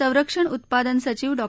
संरक्षण उत्पादन सयिव डॉ